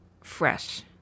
fresh